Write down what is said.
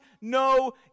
No